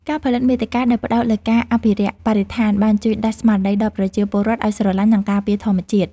ការបង្កើតមាតិកាដែលផ្ដោតលើការអភិរក្សបរិស្ថានបានជួយដាស់ស្មារតីដល់ប្រជាពលរដ្ឋឱ្យស្រឡាញ់ និងការពារធម្មជាតិ។